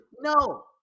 No